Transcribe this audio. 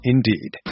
Indeed